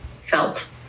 felt